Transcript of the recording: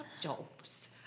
jobs